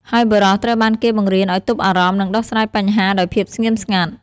ហើយបុរសត្រូវបានគេបង្រៀនឱ្យទប់អារម្មណ៍ និងដោះស្រាយបញ្ហាដោយភាពស្ងៀមស្ងាត់។